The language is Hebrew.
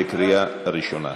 בקריאה ראשונה.